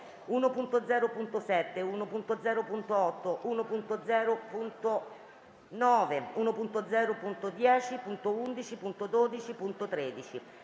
1.0.7, 1.0.8, 1.0.9, 1.0.10, 1.0.11, 1.0.12, 1.0.13,